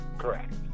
Correct